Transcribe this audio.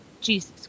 Jesus